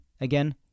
again